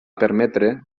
permetre